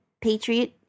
Patriot